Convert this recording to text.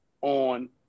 on